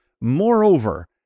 Moreover